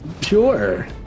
Sure